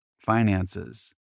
finances